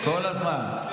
כל הזמן.